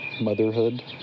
motherhood